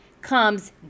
comes